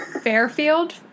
Fairfield